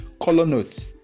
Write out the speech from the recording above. ColorNote